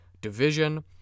division